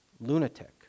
lunatic